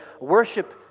worship